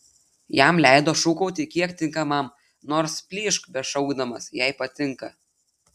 jam leido šūkauti kiek tinkamam nors plyšk bešaukdamas jei patinka